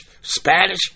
Spanish